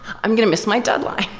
i'm going to miss my deadline.